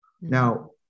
now